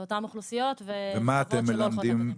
מה אתם מלמדים,